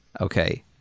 okay